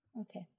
Okay